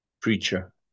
preacher